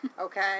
Okay